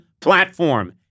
platform